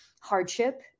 hardship